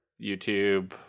YouTube